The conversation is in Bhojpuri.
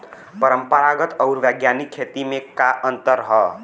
परंपरागत आऊर वैज्ञानिक खेती में का अंतर ह?